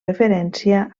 referència